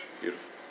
Beautiful